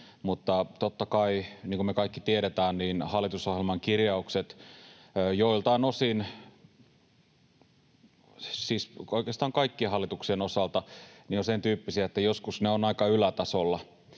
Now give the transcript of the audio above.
Mutta totta kai, niin kuin me kaikki tiedetään, hallitusohjelman kirjaukset joiltain osin — siis oikeastaan kaikkien hallituksien osalta — ovat sen tyyppisiä, että joskus ne ovat aika ylätasolla.